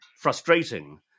frustrating